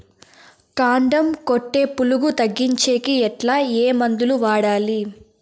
కాండం కొట్టే పులుగు తగ్గించేకి ఎట్లా? ఏ మందులు వాడాలి?